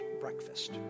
breakfast